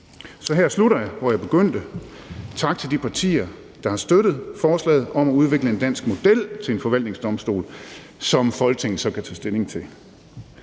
Så her slutter jeg, hvor jeg begyndte: Tak til de partier, der har støttet forslaget om at udvikle en dansk model til en forvaltningsdomstol, som Folketinget så kan tage stilling til.